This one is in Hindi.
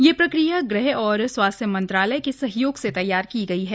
यह पर क्रिया में गु ह और स्वास्थ्य मंत्रालय के सहयोग से तैयार की ग ई है